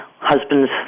husband's